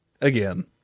again